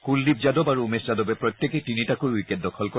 কুলদ্বীপ যাদব আৰু উমেশ যাদৱে প্ৰত্যেকেই তিনিটাকৈ উইকেট দখল কৰে